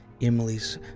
Emily's